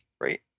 right